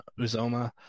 Uzoma